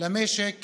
למשק